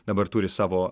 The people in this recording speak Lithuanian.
dabar turi savo